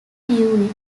during